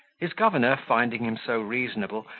his governor, finding him so reasonable,